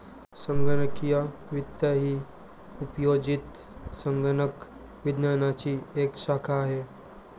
संगणकीय वित्त ही उपयोजित संगणक विज्ञानाची एक शाखा आहे